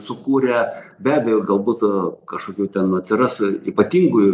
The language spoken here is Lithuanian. sukūrę be abejo gal būt kažkokių ten atsiras ypatingų